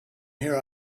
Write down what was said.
here